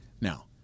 Now